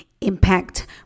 impact